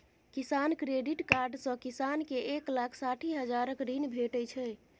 किसान credit card सँ किसान केँ एक लाख साठि हजारक ऋण भेटै छै